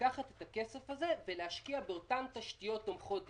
לקחת את הכסף הזה ולהשקיע באותן תשתיות תומכות דיור,